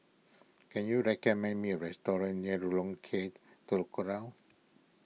can you recommend me a restaurant near K Telok Kurau